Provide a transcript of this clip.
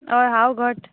हय हांव घट